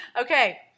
Okay